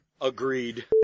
Agreed